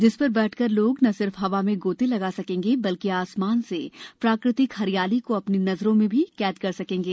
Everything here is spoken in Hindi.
जिसे पर बैठ कर लोग न सिर्फ हवा मे गोते लगा सकेंगे बल्कि आसमान से प्राकृतिक हरियाली को अपनी नजरों मे कैद भी कर सकेंगे